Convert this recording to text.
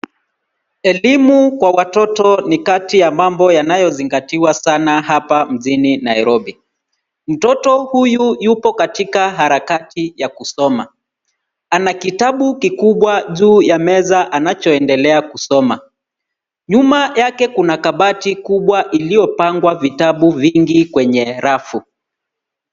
Elimu kwa watoto ni kati ya mambo yanayozingatiwa sana hapa mjini Nairobi. Mtoto huyu yuko katika harakati ya kusoma. Ana kitabu kikubwa juu ya meza anachoendelea kusoma. Nyuma yake kuna kabati kubwa iliyopangwa vitabu vingi kwenye rafu.